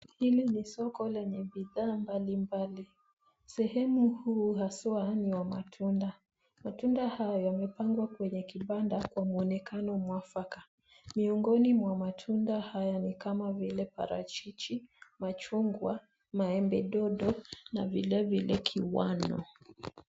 Hili ni soko lenye bidhaa mbali mbali. Sehemu huu haswa ni wa matunda. Matunda haya yamepangwa kwenye kibanda kwa mwonekano mwafaka. Miungoni mwa matunda haya ni kama vile, parachichi, machungwa, maembe dodo, na vile vile kiwano.